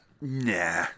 Nah